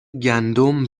گندم